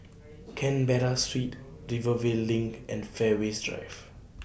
Canberra Street Rivervale LINK and Fairways Drive